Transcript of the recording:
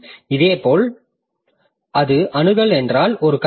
இதேபோல் அது அணுகல் என்றால் ஒரு கட்டத்தில்